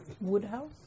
Woodhouse